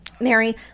Mary